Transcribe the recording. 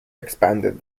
expanded